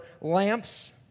lamps